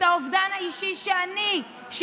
את יכולה להגיד: נכשלתי.